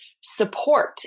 support